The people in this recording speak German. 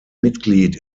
mitglied